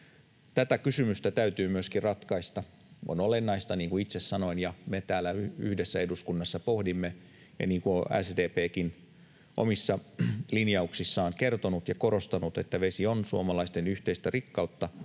Tätä kysymystä täytyy myöskin ratkaista. On olennaista, niin kuin itse sanoin ja me täällä yhdessä eduskunnassa pohdimme ja niin kuin on SDP:kin omissa linjauksissaan kertonut ja korostanut, että vesi on suomalaisten yhteistä rikkautta,